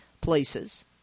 places